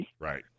Right